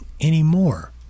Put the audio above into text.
anymore